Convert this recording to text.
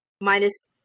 Minus